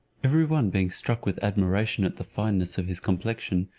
every one being struck with admiration at the fineness of his complexion,